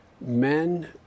men